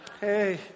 Hey